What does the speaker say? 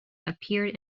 appeared